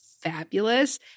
fabulous